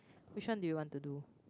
which one do you want to do